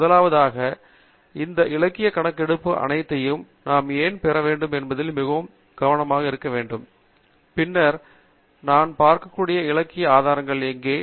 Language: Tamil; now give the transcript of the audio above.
முதலாவதாக இந்த இலக்கியக் கணக்கெடுப்பு அனைத்தையும் நாம் ஏன் பெற வேண்டும் என்பதில் மிகவும் சுருக்கமான பின்னணி உள்ளது பின்னர் நாம் பார்க்கக்கூடிய இலக்கிய ஆதாரங்கள் எங்கே